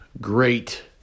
great